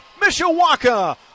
Mishawaka